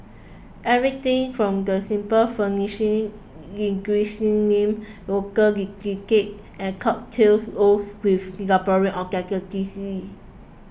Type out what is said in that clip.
everything from the simple furnishing linguistic name local delicacies and cocktails oozes with Singaporean authenticity